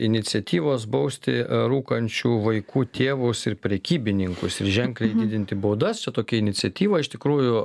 iniciatyvos bausti rūkančių vaikų tėvus ir prekybininkus ir ženkliai didinti baudas čia tokia iniciatyva iš tikrųjų